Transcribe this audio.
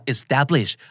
Establish